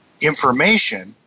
information